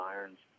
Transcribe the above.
Irons